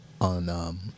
on –